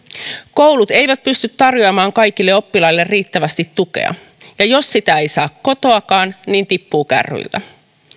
koulut eivät pysty tarjoamaan kaikille oppilaille riittävästi tukea ja jos sitä ei saa kotoakaan niin tippuu kärryiltä